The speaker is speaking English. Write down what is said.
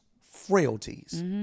frailties